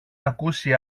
ακούσει